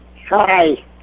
Hi